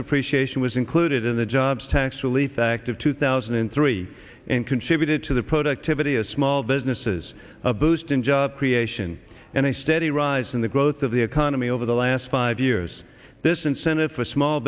depreciation was included in the jobs tax relief act of two thousand and three and contributed to the productivity of small businesses a boost in job creation and a steady rise in the growth of the economy over the last five years this incentive for small